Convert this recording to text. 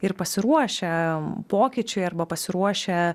ir pasiruošę pokyčiui arba pasiruošę